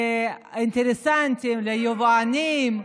לאינטרסנטים, ליבואנים,